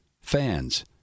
fans